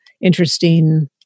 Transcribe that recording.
interesting